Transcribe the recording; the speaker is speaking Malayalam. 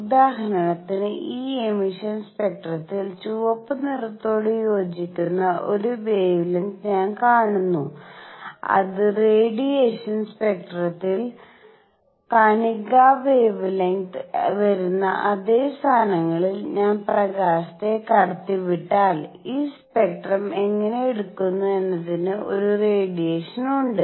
ഉദാഹരണത്തിന് ഈ എമിഷൻ സ്പെക്ട്രത്തിൽ ചുവപ്പ് നിറത്തോട് യോജിക്കുന്ന ഒരു വെവെലെങ്ത് ഞാൻ കാണുന്നു അത് റേഡിയേഷൻ സ്പെക്ട്രത്തിൽ കണികാ വെവെലെങ്ത് വരുന്ന അതേ സ്ഥാനങ്ങളിൽ ഞാൻ പ്രകാശത്തെ കടത്തിവിട്ടാൽ ഈ സ്പെക്ട്രം എങ്ങനെ എടുക്കുന്നു എന്നതിന് ഒരു റേഡിയേഷൻ ഉണ്ട്